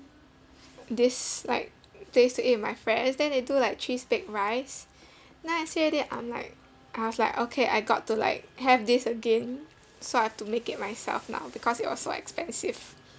this like place to eat with my friends then they do like cheese baked rice then I see already I'm like I was like okay I got to like have this again so I have to make it myself now because it was so expensive